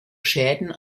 schäden